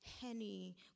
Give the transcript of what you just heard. henny